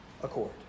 accord